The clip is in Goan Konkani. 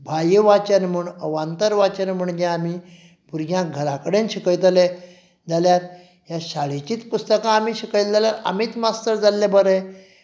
बाह्य वाचन म्हूण अवांतर वाचन म्हूण जें आमी भुरग्यांक घरा कडेन शिकयतले जाल्यार हीं शाळेंतलींच पुस्तकां आमी शिकयलीं जाल्यार आमीच मास्तर जाल्ले बरे